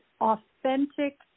authentic